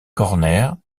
corner